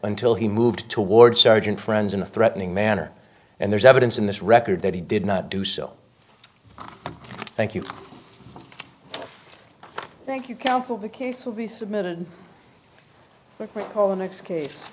until he moved toward sergeant friends in a threatening manner and there's evidence in this record that he did not do so thank you thank you counsel the case will be submitted the next case